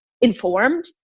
informed